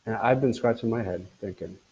i've been scratching my head, thinking.